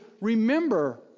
remember